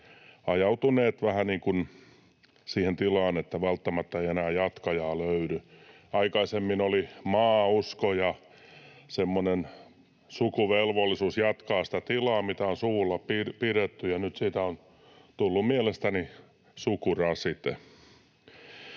ajautuneet vähän niin kuin siihen tilaan, että välttämättä ei enää jatkajaa löydy. Aikaisemmin oli maausko ja semmoinen sukuvelvollisuus jatkaa sitä tilaa, mitä on suvulla pidetty, ja nyt siitä on tullut mielestäni sukurasite.